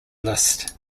list